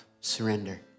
surrender